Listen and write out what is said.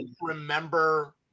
remember